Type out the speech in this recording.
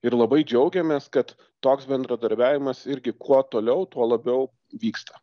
ir labai džiaugiamės kad toks bendradarbiavimas irgi kuo toliau tuo labiau vyksta